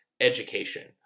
education